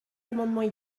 amendements